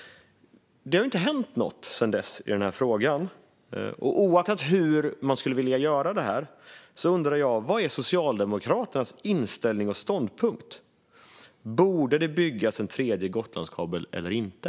Det har inte hänt något i frågan sedan dess. Oavsett hur man skulle vilja göra detta undrar jag vad Socialdemokraternas inställning och ståndpunkt är. Borde det byggas en tredje Gotlandskabel eller inte?